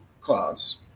clause